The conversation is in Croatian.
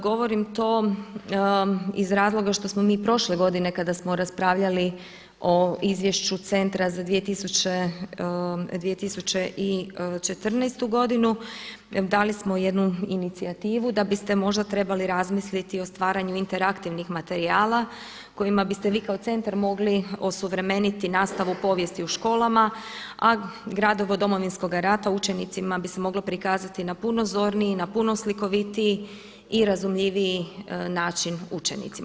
Govorim to iz razloga što smo mi prošle godine kada smo raspravljali o izvješću centra za 2014. godinu dali smo jednu inicijativu da biste možda trebali razmisliti o stvaranja interaktivnih materijala kojima biste vi kao centar mogli osuvremeniti nastavu povijesti u školama a gradivo Domovinskog rata učenicima bi se moglo prikazati na puno zorniji, na puno slikovitiji i razumljiviji način učenicima.